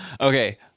Okay